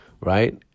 right